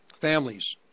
families